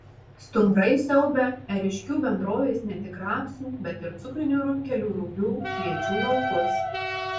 stumbrai siaubia ėriškių bendrovės ne tik rapsų bet ir cukrinių runkelių rugių kviečių laukus